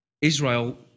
Israel